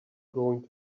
going